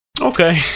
Okay